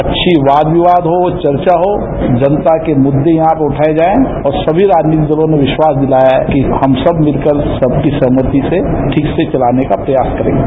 अच्छी वाद विवाद हो वर्चा हो जनता के मुद्दे यहां पर उठाए जाएं और ँसभी राजनीतिक दलों ने विश्वास दिलाया है कि हम सब मिलकर सबकी सहमति से ठीक से चलाने का प्रयास करेंगे